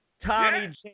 Tommy